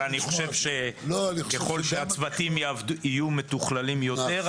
אבל אני חושב שככל שהצוותים יהיו מתוכללים יותר,